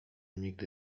nigdy